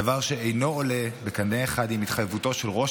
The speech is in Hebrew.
דבר שאינו עולה בקנה אחד עם התחייבותו של ראש